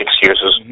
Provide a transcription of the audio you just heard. excuses